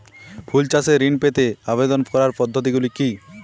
ফুল চাষে ঋণ পেতে আবেদন করার পদ্ধতিগুলি কী?